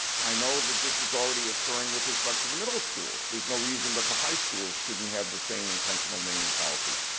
i know that this is already occurring with respect to the middle schools. no reason that the high schools shouldn't have the same intentional-naming policy.